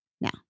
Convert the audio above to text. now